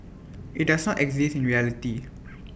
IT does not exist in reality